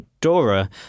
DORA